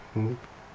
mmhmm